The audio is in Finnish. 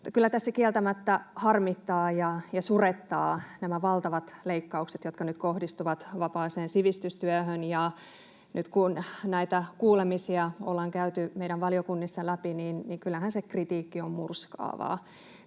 Kyllä tässä kieltämättä harmittavat ja surettavat nämä valtavat leikkaukset, jotka nyt kohdistuvat vapaaseen sivistystyöhön. Nyt kun näitä kuulemisia ollaan käyty meidän valiokunnissa läpi, niin kyllähän se kritiikki on murskaavaa.